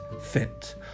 fit